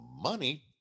money